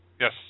Yes